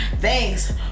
Thanks